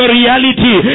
reality